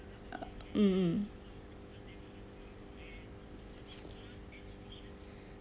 uh mm mm